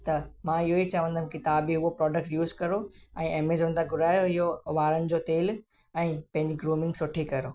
त मां इहो ई चवंदुमि की तव्हां बि उहो प्रोडक्ट यूस करो ऐं एमेज़ॉन था घुरायो इहो वारनि जो तेलु ऐं पंहिंजी ग्रूमिंग सुठी करो